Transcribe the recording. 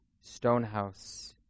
Stonehouse